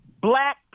black